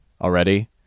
already